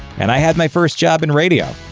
and i had my first job in radio.